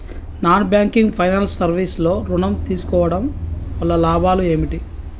Non banking finance service లో ఋణం తీసుకోవడం వల్ల లాభాలు ఏమిటి?